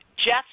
Jeff